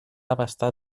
abastar